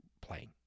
playing